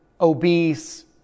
obese